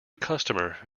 customer